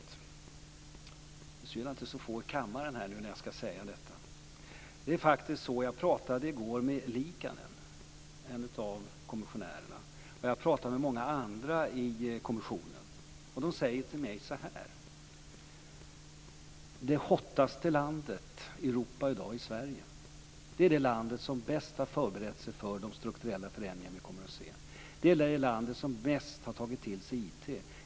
Det är synd att det är så få i kammaren när jag säger detta. Jag talade i går med Liikanen, en av kommissionärerna, och jag har talat med många andra i kommissionen. De säger så här till mig: Det "hottaste" landet i Europa i dag är Sverige. Det är det land som bäst har förberett sig för de strukturella förändringar vi kommer att se. Det är det land som mest har tagit till sig IT.